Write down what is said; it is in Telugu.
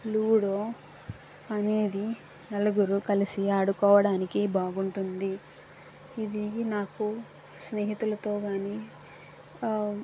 లూడో అనేది నలుగురు కలిసి ఆడుకోవడానికి బాగుంటుంది ఇది నాకు స్నేహితులతో కానీ